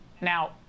Now